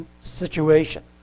situation